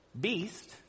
beast